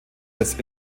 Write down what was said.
setzt